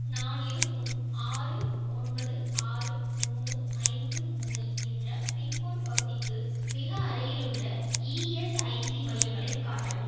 நான் இருக்கும் ஆறு ஒன்பது ஆறு மூணு ஐந்து மூணு என்ற பின்கோடு பகுதிக்கு மிக அருகிலுள்ள இஎஸ்ஐசி மையங்களை காட்டவும்